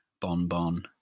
bonbon